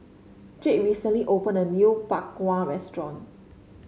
Jed recently opened a new Bak Kwa restaurant